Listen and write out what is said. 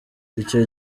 icyo